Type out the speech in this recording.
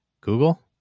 Google